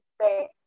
say